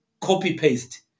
copy-paste